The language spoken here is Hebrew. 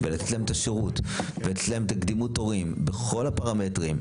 ולתת להם את השירות ולתת להם את קדימות התורים בכל הפרמטרים.